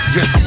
Yes